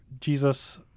Jesus